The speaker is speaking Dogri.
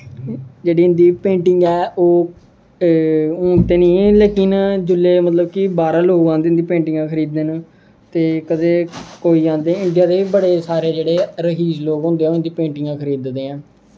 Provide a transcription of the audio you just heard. जेह्ड़ी इं'दी पेंटिंग ऐ ओह् हून ते निं लेकिन जेल्लै मतलब कि बाह्रा दा लोग आंदे इं'दियां पेंटिंगां खरीदन ते कदें कोई आंदे इं'दे ते इं'दे बड़े सारे लोग होंदे ऐं ते ओह् इं'दी पेंटिंगां खरीद दे ऐ